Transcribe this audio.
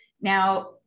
Now